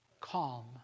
calm